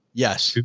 yes.